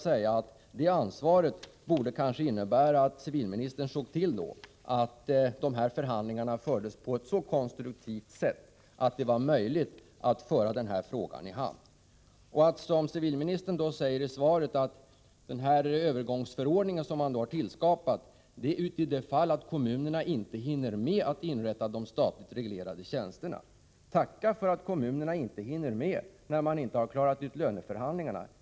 Som ytterst ansvarig borde civilministern se till att förhandlingarna fördes på ett så konstruktivt sätt att det var möjligt att föra frågan i hamn. Civilministern säger i svaret att en övergångsförordning skapats för de fall kommunerna inte hinner med att inrätta de statligt reglerade tjänsterna. Tacka för att kommunerna inte hinner med när man inte har klarat av löneförhandlingarna!